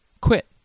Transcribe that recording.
quit